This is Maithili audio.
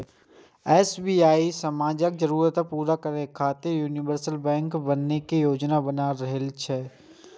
एस.बी.आई समाजक जरूरत पूरा करै खातिर यूनिवर्सल बैंक बनै के योजना बना रहल छै